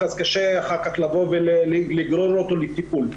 קשה אחר כך לגרור אותו לטיפול.